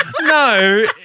No